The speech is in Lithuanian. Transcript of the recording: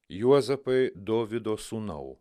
juozapai dovydo sūnau